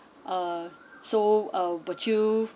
uh so uh would you